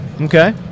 Okay